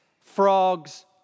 frogs